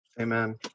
Amen